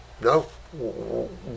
No